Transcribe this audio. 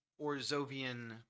Orzovian